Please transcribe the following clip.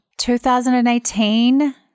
2018